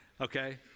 okay